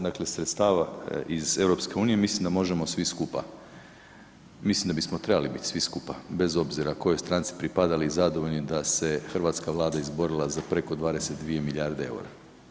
Dakle, sredstava iz EU, mislim da možemo svi skupa, mislim da bismo trebali biti svi skupa, bez obzira kojoj stranci pripadali, zadovoljni da se hrvatska Vlada izborila za preko 22 milijarde eura.